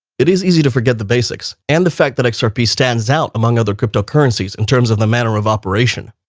it is easy to forget the basics and the fact that xrp stands out among other cryptocurrency in terms of the manner of operation.